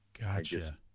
Gotcha